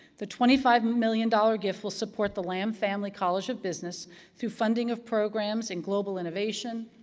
the twenty five million dollars gift will support the lam family college of business through funding of programs and global innovation,